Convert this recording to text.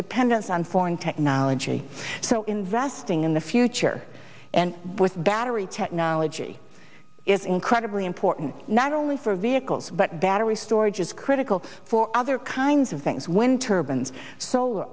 dependence on foreign technology so investing in the future and with battery technology is incredibly important not only for vehicles but battery storage is critical for other kinds of things when turbans so